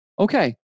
okay